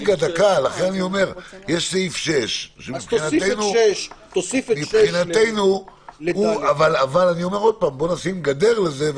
יש סעיף 6. אז תוסיף את 6. אבל בוא נשים גדר לזה,